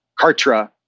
Kartra